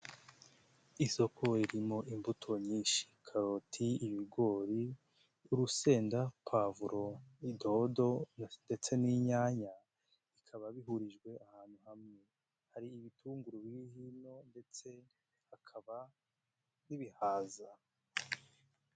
Isoko ririmo imbuto nyinshi karoti, ibigori, urusenda, pavuro, idodo ndetse n'inyanya bikaba bihurijwe ahantu hamwe, hari ibitunguru biri hino ndetse hakaba n'ibihaza.